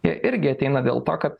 jie irgi ateina dėl to kad